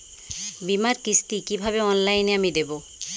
বীমার কিস্তি কিভাবে অনলাইনে আমি দেবো?